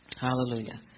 hallelujah